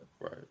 Right